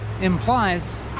implies